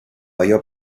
ایا